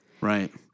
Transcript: right